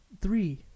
three